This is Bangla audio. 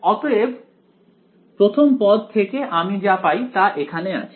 অতএব প্রথম পদ থেকে আমি যা পাই তা এখানে আছে